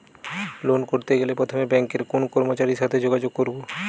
Loan করতে গেলে প্রথমে ব্যাঙ্কের কোন কর্মচারীর সাথে যোগাযোগ করব?